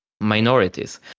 minorities